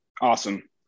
Awesome